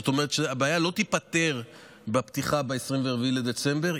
זאת אומרת שהבעיה לא תיפתר בפתיחה ב-24 בדצמבר,